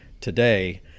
today